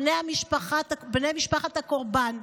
בני משפחת הקורבן,